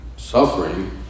Suffering